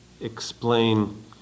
explain